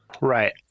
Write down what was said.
Right